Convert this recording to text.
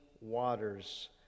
waters